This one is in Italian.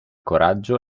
coraggio